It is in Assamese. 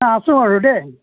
আছো আৰু দেই